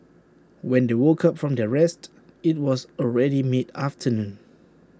when they woke up from their rest IT was already mid afternoon